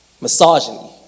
misogyny